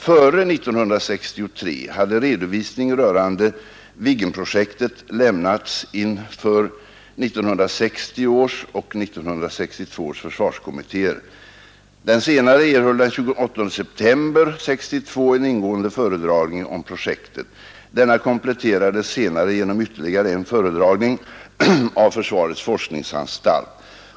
Före 1963 hade redovisning rörande Viggenprojektet lämnats inför 1960 års och 1962 års försvarskommittéer. Den senare erhöll den 28 september 1962 en ingående föredragning om projektet. Denna kompletterades senare genom ytterligare en föredragning av försvarets forskningsanstalt.